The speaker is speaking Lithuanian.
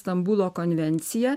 stambulo konvencija